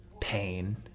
pain